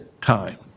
time